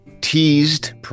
teased